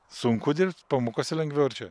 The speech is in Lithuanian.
sunku dirbt pamokose lengviau ar čia